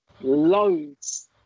loads